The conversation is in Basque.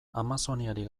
amazoniarik